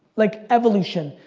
like, evolution.